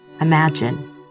imagine